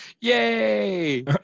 yay